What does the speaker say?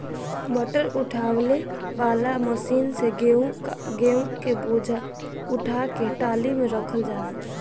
गट्ठर उठावे वाला मशीन से गेंहू क बोझा उठा के टाली में रखल जाला